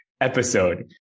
episode